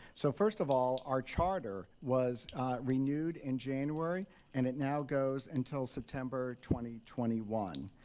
so first of all, our charter was renewed in january and it now goes until september twenty twenty one.